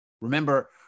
Remember